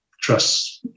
trust